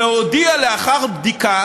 והודיע לאחר בדיקה